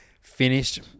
finished